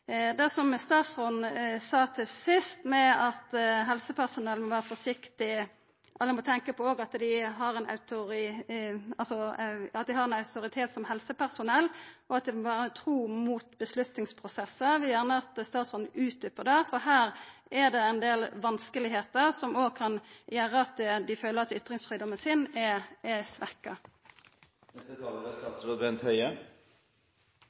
Det som statsråden sa til sist, at helsepersonell må tenkja på at dei har ein autoritet som helsepersonell, og at dei må vera tru mot avgjerdsprosessar, vil eg gjerne at statsråden utdjupar, for her er det ein del vanskelegheiter som kan gjera at dei føler at ytringsfridomen deira er svekt. Jeg blir også bekymret når representanten Toppe sier at ansatte i helsevesenet melder tilbake til andre, som nå ytrer seg om at de er